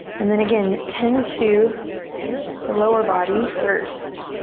and then again, tend to the lower body first.